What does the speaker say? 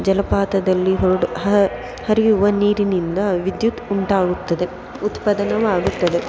ಜಲಪಾತದಲ್ಲಿ ಹೋಡ್ ಹರಿಯುವ ನೀರಿನಿಂದ ವಿದ್ಯುತ್ ಉಂಟಾಗುತ್ತದೆ ಉತ್ಪಾದನೆಯು ಆಗುತ್ತದೆ